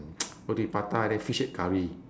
roti prata then fish head curry